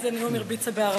איזה נאום היא הרביצה בערבית.